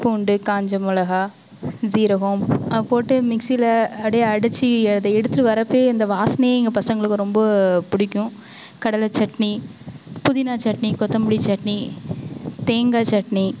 பூண்டு காஞ்ச மிளகா ஜீரகம் போட்டு மிக்சியில அப்படியே அடிச்சு அதை எடுத்துகிட்டு வரப்பயே இந்த வாசனையே எங்கள் பசங்களுக்கு ரொம்ப பிடிக்கும் கடலை சட்னி புதினா சட்னி கொத்தமல்லி சட்னி தேங்காய் சட்னி